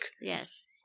yes